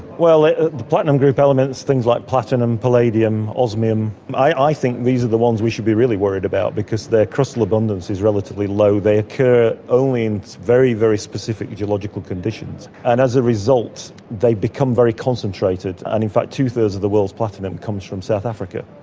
the platinum group elements, things like platinum, palladium, osmium, i think these are the ones we should be really worried about because their crustal abundance is relatively low. they occur only in very, very specific geological conditions, and as a result they become very concentrated, and in fact two-thirds of the world's platinum comes from south africa.